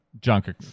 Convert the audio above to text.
Junker